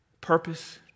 purpose